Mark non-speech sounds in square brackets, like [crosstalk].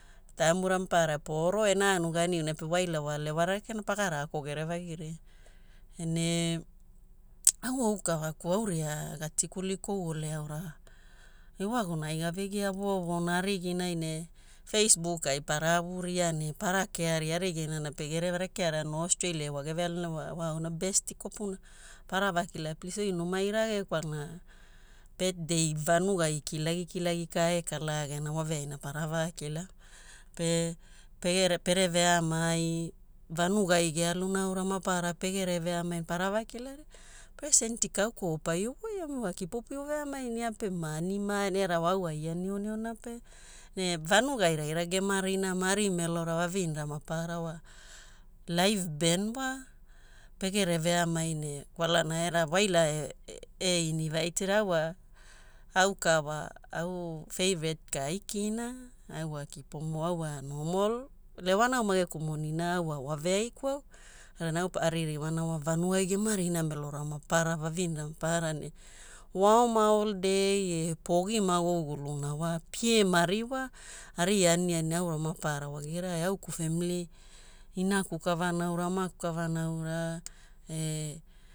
Taimura maparara poro e nanu ganiuna pe waile wa lewanara rekea pagara ako gerevagi ria ne [noise] au aukaraku au wa gatikini kou ole aura iwaguna ai gave gia vovora ariginai ne facebook ai pana avuria pana kea ria arigunai na pegere, rekeara noo Australiai ai wageve aluna no, wa auna besti kopuna. Para vakila oi e numai rage kwalana betdei vanugai kilagi kilagi ka ekala gena wa veaina para vakila. Pe pegere pere veamai, vanugai gealuna aura mapara pege veaina pere vaa kilaria presenti ka kou paia voia, gomi wa kip pio veanai ne ia pema ani mae era au wa ai aniuniu pe, ne vanugai raira gemarina, mari melore, vavinera maparara wa laiv ben wa. Pegere veamai ne kwalana era waila einivitira wa au ka wa au feirat ka aikina. Au wa kipomo au wa nomal, lewana au mageku moni na au wa wave aiku. Kalana au aririwana vanugai gemarina melora mapaara vavinera mapaara ne waaoma ol dei e pogi maguguluna wa pie mari wa. Aria aniani aua mapaara era au geku femili, inaku kavaria aura e amaku kavana aura e